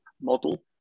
model